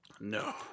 No